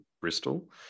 Bristol